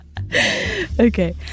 Okay